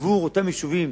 בעבור יישובים